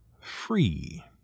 free